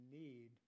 need